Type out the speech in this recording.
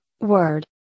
Word